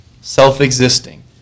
self-existing